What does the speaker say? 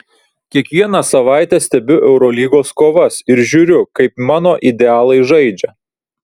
kiekvieną savaitę stebiu eurolygos kovas ir žiūriu kaip mano idealai žaidžia